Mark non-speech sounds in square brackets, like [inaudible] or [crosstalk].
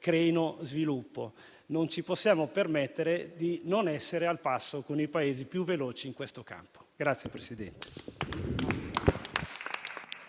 creino sviluppo. Non ci possiamo permettere di non essere al passo con i Paesi più veloci in questo campo. [applause]